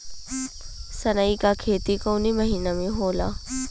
सनई का खेती कवने महीना में होला?